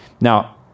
Now